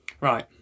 Right